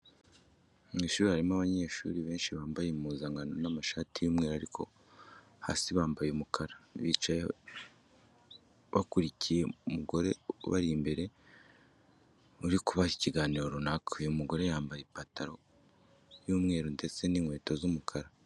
Mu ishuri harimo abanyeshuri benshi bambaye impuzankano y'amashati y'umweru ariko hasi bambaye umukara. Bicaye bakurikiye umugore ubari imbere uri kubaha ikiganiro runaka. Uyu mugore yambaye ipantaro y'umweru ndetse n'inkweto z'umukara zirimo akabara k'umweru. Yambaye ijire y'umukara ndetse n'umupira w'umweru w'amaboko magufi.